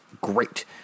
Great